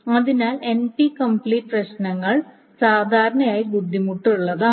അതിനാൽ N P complete പ്രശ്നങ്ങൾ സാധാരണയായി ബുദ്ധിമുട്ടുള്ളതാണ്